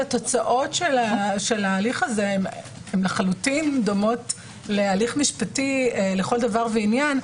והתוצאות של ההליך הזה הן לחלוטין דומות להליך משפטי לכל דבר ועניין.